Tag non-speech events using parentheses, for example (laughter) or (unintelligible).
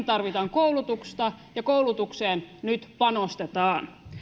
(unintelligible) tarvitaan koulutusta ja koulutukseen nyt panostetaan